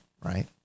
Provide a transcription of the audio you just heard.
Right